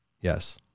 Yes